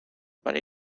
but